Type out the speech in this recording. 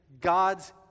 God's